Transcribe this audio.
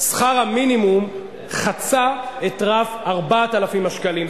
שכר המינימום חצה את רף 4,000 השקלים.